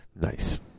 Nice